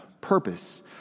purpose